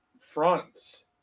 fronts